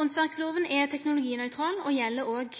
Åndsverklova er teknologinøytral og gjeld òg